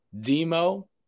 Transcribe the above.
Demo